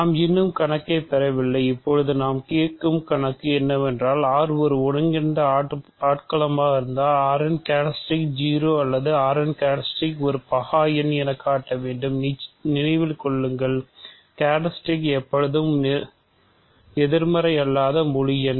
நாம் இன்னும் கணக்கை பெறவில்லை இப்போது நான் கேட்கும் கணக்கு என்னவென்றால் R ஒரு ஒருங்கிணைந்த ஆட்களமாக இருந்தால் R இன் கேரக்ட்ரிஸ்டிக் எப்போதும் எதிர்மறை அல்லாத முழு எண்